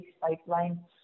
pipeline